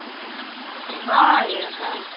अहँ हँ ई हइ